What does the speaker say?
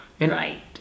right